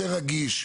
יותר רגיש,